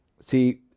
See